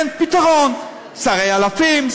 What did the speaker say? תן פתרון: שרי אלפים,